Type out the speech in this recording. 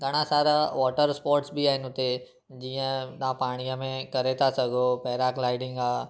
घणा सारा water sports बि आहिनि उते जीअं तव्हां पाणीअ में करे था सघो पैराग्लाइडिंग आहे